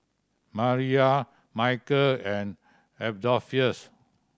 Mariyah Micheal and Adolphus